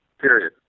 Period